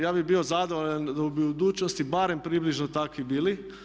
Ja bih bio zadovoljan da bi u budućnosti barem približno takvi bili.